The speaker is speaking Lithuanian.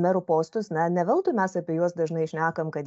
merų postus na ne veltui mes apie juos dažnai šnekam kad